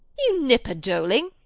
you knipper-doling?